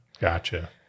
Gotcha